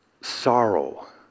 sorrow